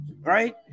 right